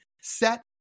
Set